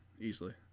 easily